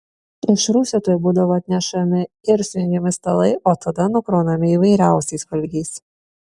iš rūsio tuoj būdavo atnešami ir sujungiami stalai o tada nukraunami įvairiausiais valgiais